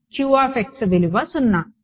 q విలువ 0